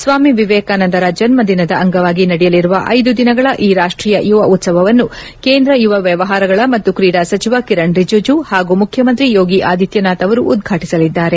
ಸ್ವಾಮಿ ವಿವೇಕಾನಂದರ ಜನ್ನದಿನದ ಅಂಗವಾಗಿ ನಡೆಯಲಿರುವ ಐದು ದಿನಗಳ ಈ ರಾಷ್ಷೀಯ ಯುವ ಉತ್ಲವವನ್ನು ಕೇಂದ್ರ ಯುವ ವ್ಯವಹಾರಗಳ ಮತ್ತು ಕ್ರೀಡಾ ಸಚಿವ ಕಿರಣ್ ರಿಜಿಜು ಹಾಗೂ ಮುಖ್ಚಮಂತ್ರಿ ಯೋಗಿ ಆದಿತ್ಲನಾಥ್ ಅವರು ಉದ್ಘಾಟಿಸಲಿದ್ದಾರೆ